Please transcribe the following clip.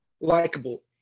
likable